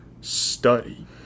study